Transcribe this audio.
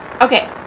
okay